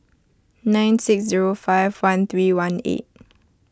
nine six zero five one three one eight